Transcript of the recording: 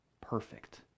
perfect